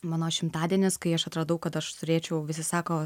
mano šimtadienis kai aš atradau kad aš turėčiau visi sako